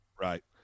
Right